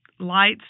lights